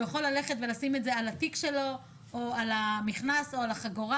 שהוא יכול לשים את זה על התיק שלו או על המכנס או על החגורה.